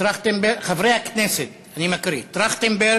אני מקריא: חברי הכנסת טרכטנברג,